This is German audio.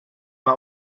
war